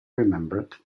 remembered